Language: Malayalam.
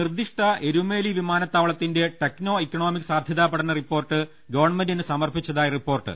നിർദ്ദിഷ്ട എരുമേലി വിമാനത്താവളത്തിന്റെ ടെക്നോ ഇക്കണോമിക് സാധ്യതാ പഠന റിപ്പോർട്ട് ഗവൺമെന്റിന് സമർപ്പിച്ചതായി റിപ്പോർട്ട്